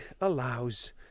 allows